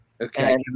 Okay